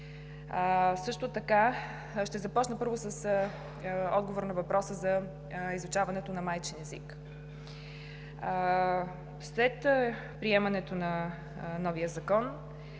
групи. Ще започна първо с отговор на въпроса за изучаването на майчин език. След приемането на новия закон,